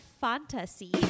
fantasy